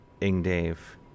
Ing-Dave